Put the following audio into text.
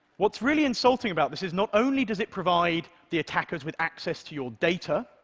what's really insulting about this is not only does it provide the attackers with access to your data,